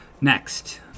Next